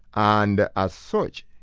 and as such,